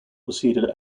proceeded